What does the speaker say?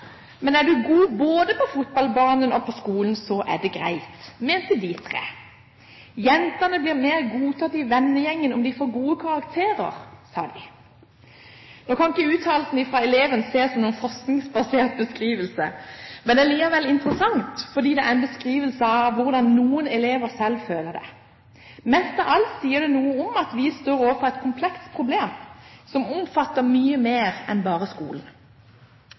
Men er du god både på fotballbanen og på skolen, så er det greit, mente de tre. Jentene blir mer godtatt i vennegjengen om de får gode karakterer, sa de. Nå kan ikke uttalelsene fra elevene ses på som noen forskningsbasert beskrivelse, men den er likevel interessant, fordi det er en beskrivelse av hvordan noen elever selv føler det. Mest av alt sier det noe om at vi står overfor et komplekst problem som omfatter mye mer enn bare skolen.